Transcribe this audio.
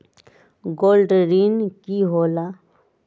Gold ऋण की होला?